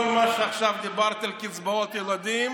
כל מה שאמרתי עכשיו על קצבאות ילדים